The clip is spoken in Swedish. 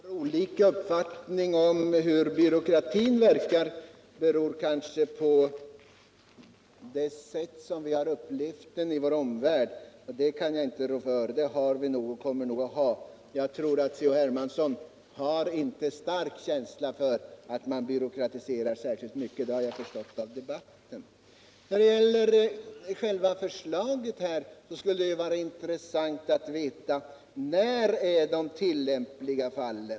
Herr talman! Att vi har olika uppfattningar om hur byråkratin verkar beror kanske på — vilket jag inte kan rå för — de sätt som vi har upplevt den på i vår omvärld. Vi har och kommer nog att fortsättningsvis ha olika uppfattningar på denna punkt. Jag tror att C.-H. Hermansson inte har så stark känsla av att man byråkratiserar särskilt mycket — det har jag förstått av debatten. När det gäller själva yrkandet skulle det vara intressant att få veta när det är 79 ”tillämpliga fall”.